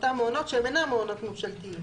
אותם מעונות שאינם מעונות ממשלתיים.